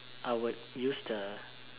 I would use the